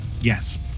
Yes